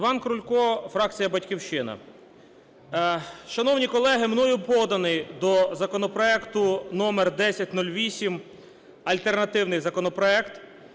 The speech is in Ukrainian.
Іван Крулько, фракція "Батьківщина". Шановні колеги, мною поданий до законопроекту номер 1008 альтернативний законопроект